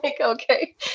okay